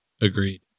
Agreed